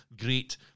great